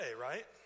right